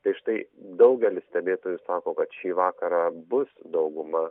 tai štai daugelis stebėtojų sako kad šį vakarą bus dauguma